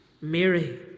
Mary